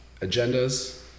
agendas